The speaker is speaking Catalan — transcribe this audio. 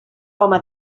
home